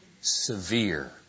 severe